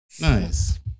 Nice